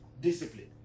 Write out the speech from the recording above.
discipline